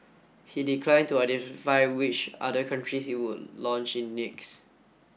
he declined to identify which other countries it would launch in next